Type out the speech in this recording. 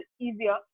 easier